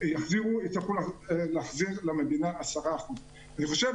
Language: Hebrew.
יצטרכו להחזיר למדינה 10%. אני חושב